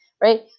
right